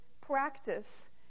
practice